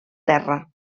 terra